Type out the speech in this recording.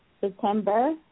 September